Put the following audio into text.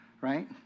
right